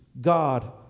God